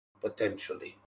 potentially